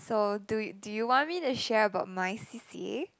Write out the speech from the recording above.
so do do you want me to share about my c_c_a